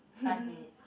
five minutes